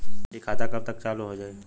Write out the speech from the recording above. इ खाता कब तक चालू हो जाई?